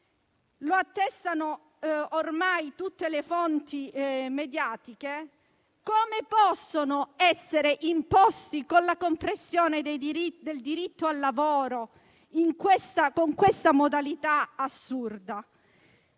come attestano ormai tutte le fonti mediatiche - come possono essere imposti con la compressione del diritto al lavoro con questa modalità assurda?